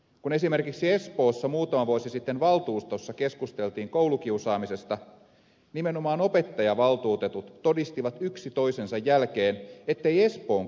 kun esimerkiksi espoossa muutama vuosi sitten valtuustossa keskusteltiin koulukiusaamisesta nimenomaan opettajavaltuutetut todistivat yksi toisensa jälkeen ettei espoon kouluissa kiusata